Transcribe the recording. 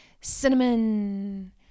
cinnamon